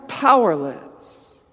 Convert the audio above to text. Powerless